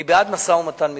אני בעד משא-ומתן מדיני,